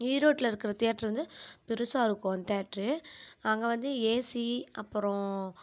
ஈரோட்டில் இருக்கிற தியேட்ரு வந்து பெரிசா இருக்கும் அந்த தியேட்ரு அங்கே வந்து ஏசி அப்புறோம்